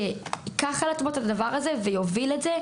שייקח על עצמו את הדבר הזה ויוביל אותו.